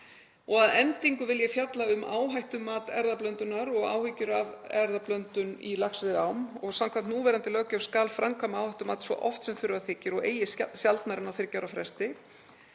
Að endingu vil ég fjalla um áhættumat erfðablöndunar og áhyggjur af erfðablöndun í laxveiðiám. Samkvæmt núverandi löggjöf skal framkvæma áhættumat svo oft sem þurfa þykir og eigi sjaldnar en á þriggja ára fresti.